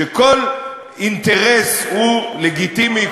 שכל אינטרס הוא לגיטימי,